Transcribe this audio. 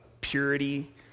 purity